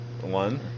One